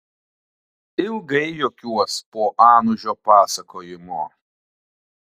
ilgai juokiuos po anužio pasakojimo